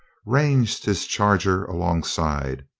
ranged his charger alongside.